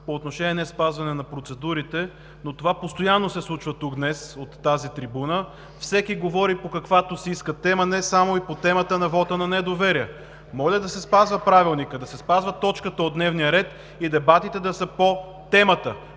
по отношение неспазване на процедурите, но постоянно се случва тук днес от тази трибуна. Всеки говори по каквато си иска тема, само не и по темата за вота на недоверие. Моля да се спазва Правилникът, да се спазва точката от дневния ред и дебатите да са по темата: